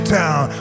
town